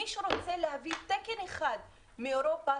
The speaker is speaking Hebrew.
מי שרוצה להביא תקן אחד מאירופה,